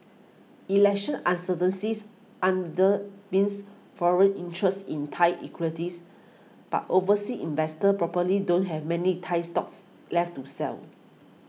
election undermines foreign interest in Thai equities but overseas investors probably don't have many Thai stocks left to sell